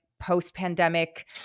post-pandemic